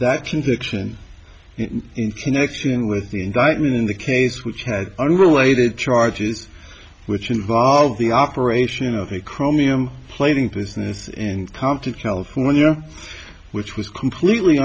that conviction in connection with the indictment in the case which had unrelated charges which involve the operation of a chromium plating prisoners in compton california which was completely